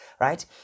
right